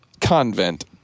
convent